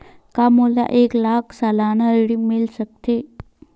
का मोला एक लाख सालाना ऋण मिल सकथे?